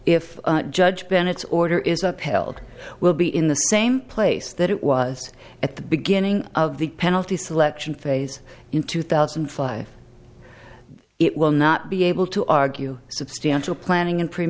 if judge bennett's order is upheld will be in the same place that it was at the beginning of the penalty selection phase in two thousand and five it will not be able to argue substantial planning and